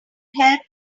help